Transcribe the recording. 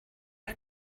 air